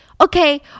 Okay